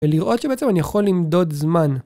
ולראות שבעצם אני יכול למדוד זמן